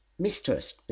Mistress